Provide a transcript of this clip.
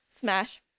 smash